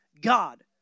God